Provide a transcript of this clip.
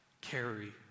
carry